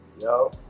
Yo